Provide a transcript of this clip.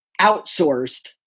outsourced